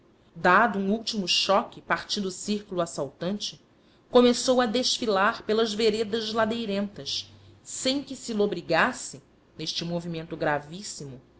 dado um último choque partindo o círculo assaltante começou a desfilar pelas veredas ladeirentas sem que se lobrigasse neste movimento gravíssimo